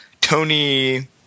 Tony